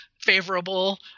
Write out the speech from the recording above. favorable